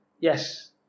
Yes